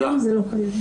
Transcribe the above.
היום זה לא קיים.